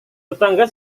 tetangga